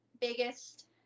biggest